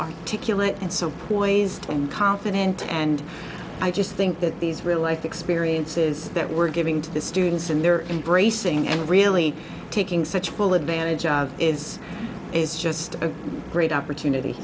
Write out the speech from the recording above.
right and so poised and confident and i just think that these real life experiences that we're giving to the students and their embracing and really taking such full advantage of it's it's just a great opportunity